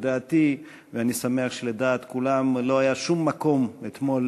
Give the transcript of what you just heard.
עלינו לדאוג שמקרה כזה לא יקרה עוד.